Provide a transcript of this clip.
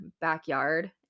backyard